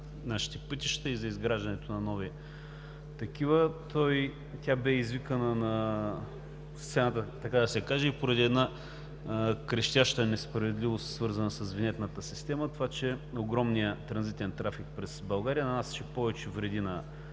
наши пътища и за изграждането на нови такива. Тя бе извикана на сцената, така да се каже, и поради една крещяща несправедливост, свързана с винетната система – това, че огромният транзитен трафик през България нанасяше повече вреди на